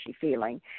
feeling